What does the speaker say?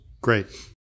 Great